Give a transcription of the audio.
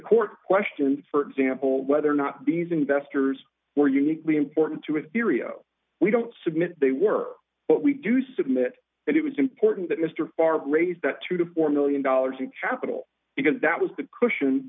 court questioned for example whether or not these investors were uniquely important to a theory a we don't submit they were but we do submit that it was important that mr barr raise that three dollars to four million dollars in capital because that was the cushion